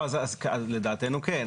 לדעתנו כן.